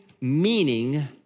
meaning